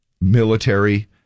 military